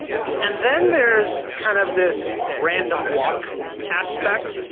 and then there's kind of this random walk aspect,